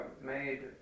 made